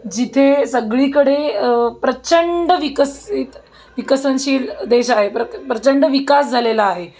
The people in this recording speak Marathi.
जिथे सगळीकडे प्रचंड विकसित विकसनशील देश आहे प्रचंड विकास झालेला आहे